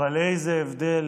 אבל איזה הבדל